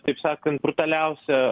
taip sakant brutaliausią